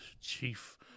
Chief